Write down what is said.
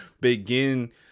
begin